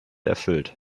erfüllt